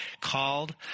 called